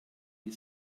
die